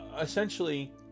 essentially